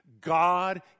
God